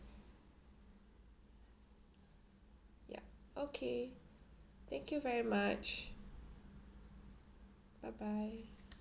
yup okay thank you very much bye bye